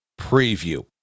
preview